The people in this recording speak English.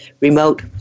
remote